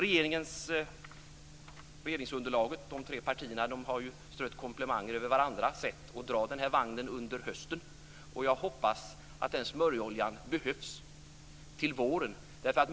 Regeringsunderlaget - de tre partierna - har strött komplimanger över varandras sätt att dra vagnen under hösten. Jag hoppas att den smörjoljan behövs till våren.